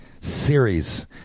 Series